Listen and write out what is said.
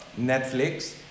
Netflix